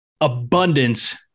abundance